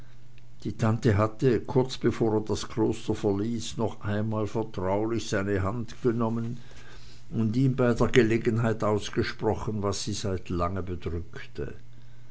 die tante hatte kurz bevor er das kloster verließ noch einmal vertraulich seine hand genommen und ihm bei der gelegenheit ausgesprochen was sie seit lange bedrückte